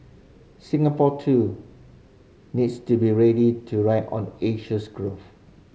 Singapore too needs to be ready to ride on Asia's growth